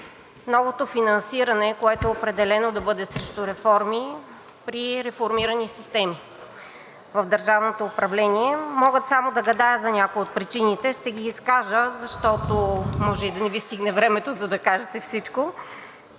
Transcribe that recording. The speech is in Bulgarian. новото финансиране, което е опредено да бъде срещу реформи при реформирани системи в държавното управление? Мога само да гадая само за някои от причините. Ще ги изкажа, защото може и да не Ви стигне времето, за да кажете всичко.